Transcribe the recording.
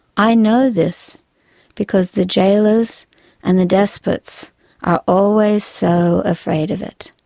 i know this because the jailers and the despots are always so afraid of it.